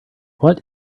what